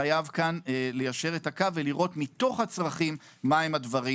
חייב כאן ליישר את הקו ולראות מתוך הצרכים מה הדברים.